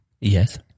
Yes